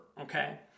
okay